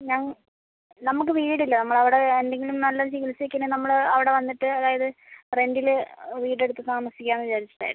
ഞാൻ നമുക്ക് വീട് ഇല്ല നമ്മൾ അവിടെ എന്തെങ്കിലും നല്ല ഒരു ചികിത്സയ്ക്ക് തന്നെ നമ്മൾ അവിടെ വന്നിട്ട് അതായത് റെന്റിൽ വീട് എടുത്ത് താമസിക്കാമെന്ന് വിചാരിച്ചിട്ടായിരുന്നു